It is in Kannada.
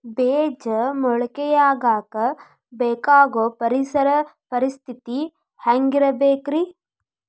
ಬೇಜ ಮೊಳಕೆಯಾಗಕ ಬೇಕಾಗೋ ಪರಿಸರ ಪರಿಸ್ಥಿತಿ ಹ್ಯಾಂಗಿರಬೇಕರೇ?